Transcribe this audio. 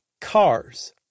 Cars